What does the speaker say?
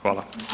Hvala.